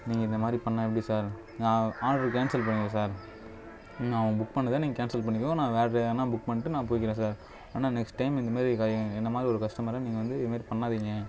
நீங்கள் இந்தமாதிரி பண்ணிணா எப்படி சார் நான் ஆர்ட்ரு கேன்சல் பண்ணுங்கள் சார் நான் புக் உங்கள் பண்ணதை நீங்கள் கேன்சல் பண்ணிக்கோ நான் வேறு ட்ரைவர் வேணால் புக் பண்ணிட்டு நான் போயிக்கறேன் சார் ஆனால் நெக்ஸ்ட் டைம் இந்தமாதிரி என்னை மாதிரி ஒரு கஸ்டமரை நீங்கள் வந்து இதுமாரி பண்ணாதீங்க